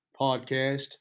podcast